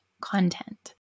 content